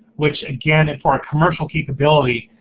which again, if for a commercial capability,